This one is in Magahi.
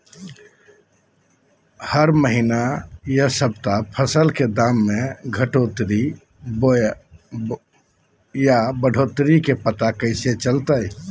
हरी महीना यह सप्ताह फसल के दाम में घटोतरी बोया बढ़ोतरी के पता कैसे चलतय?